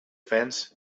fence